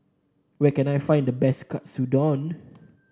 where can I find the best Katsudon